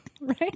right